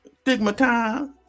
stigmatized